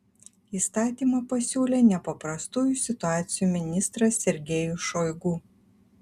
įstatymą pasiūlė nepaprastųjų situacijų ministras sergejus šoigu